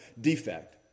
defect